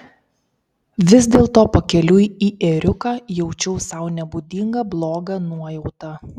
vis dėlto pakeliui į ėriuką jaučiau sau nebūdingą blogą nuojautą